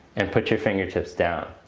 and put your fingertips down.